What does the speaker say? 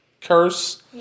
curse